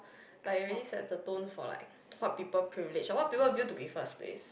like it really sets the tone for like what people privilege like what people view to be first place